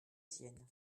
sienne